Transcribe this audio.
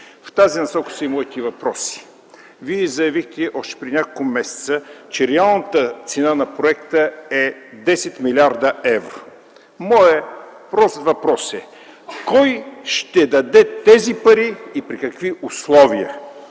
В тази насока са и моите въпроси. Вие заявихте още преди няколко месеца, че реалната цена на проекта е 10 милиарда евро. Моят прост въпрос е: кой ще даде тези пари и при какви условия?